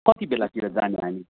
कति बेलातिर जाने हामी